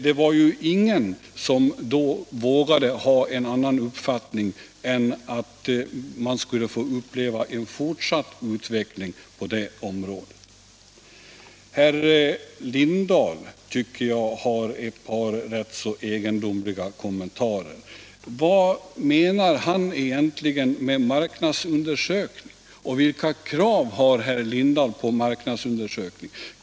Det var ingen som då vågade ha en annan uppfattning än att man skulle få uppleva en fortsatt utveckling på det området. Herr Lindahl gjorde ett par rätt egendomliga kommentarer. Vad menar han egentligen med marknadsundersökningar? Vilka krav har herr Lindahl på en marknadsundersökning?